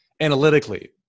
analytically